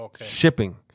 Shipping